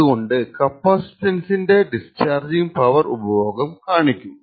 അതുകൊണ്ട് കപ്പാസിറ്ററിൻറെ discharging power ഉപഭോഗം കാണിക്കും